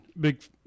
big